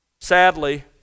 Sadly